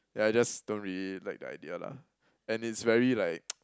yeah I just don't really like the idea lah and it's very like >